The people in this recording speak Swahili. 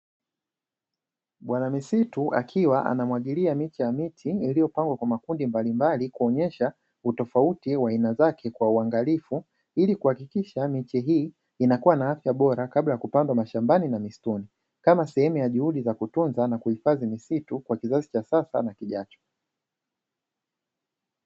Bwana misitu akiwa anamwagilia miche ya miti iliyopangwa kwa makundi mbalimbali kuonyesha utofauti wa aina zake kwa uangalifu, ili kuhakikisha miti hii inakuwa na afya bora kabla ya kupandwa mashambani na misituni, kama sehemu ya juhudi za kutunza na kuhifadhi misitu kwa kizazi cha sasa na kijacho.